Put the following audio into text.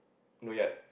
not yet